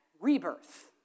rebirth